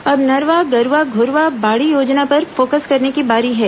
अब नरवा गरूवा घुरूवा बाड़ी योजना पर फोकस करने की बारी है